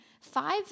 five